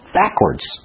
backwards